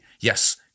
Yes